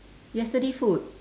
yesterday food